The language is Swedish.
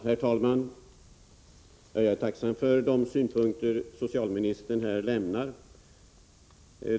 Herr talman! Jag är tacksam för de synpunkter socialministern här lämnar.